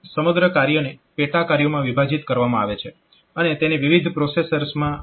અને સમગ્ર કાર્યને પેટા કાર્યોમાં વિભાજીત કરવામાં આવે છે અને તેને વિવિધ પ્રોસેસર્સમાં વિતરીત કરવામાં આવે છે